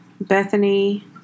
Bethany –